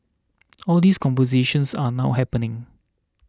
all these conversations are now happening